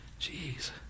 Jeez